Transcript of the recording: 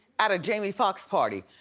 at a jamie foxx party.